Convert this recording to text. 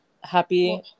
Happy